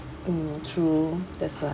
mm true that's like